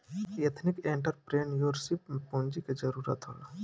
ethnic entrepreneurship में पूंजी के जरूरत होला